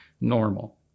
normal